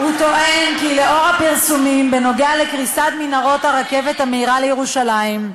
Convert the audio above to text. הוא טוען כי לאור הפרסומים בנושא קריסת מנהרות הרכבת המהירה לירושלים,